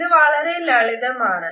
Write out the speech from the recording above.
ഇത് വളരെ ലളിതം ആണ്